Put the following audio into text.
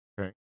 Okay